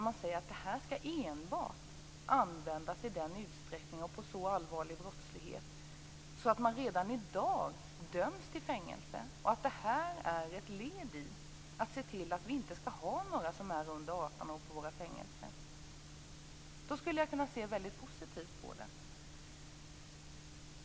Man säger ju att det här enbart skall användas i den utsträckning och för brottslighet som är så allvarlig att man redan i dag döms till fängelse samt att detta är ett led i strävandena att se till att vi inte skall ha några som är under 18 år på våra fängelser. I så fall skulle jag kunna se väldigt positivt på detta.